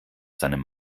seinem